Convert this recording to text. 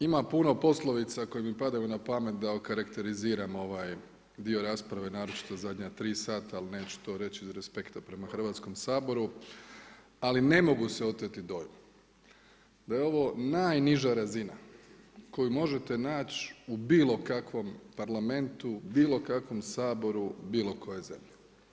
Ima puno poslovica koje mi padaju na pamet da okarakteriziram ovaj dio rasprave naročito zadnja tri sata, ali neću to reći iz respekta prema Hrvatskom saboru, ali ne mogu se oteti dojmu da je ovo najniža razina koju možete naći u bilokakvom Parlamentu, bilo kakvom Saboru bilo je zemlje.